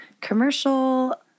commercial